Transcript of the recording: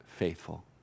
faithful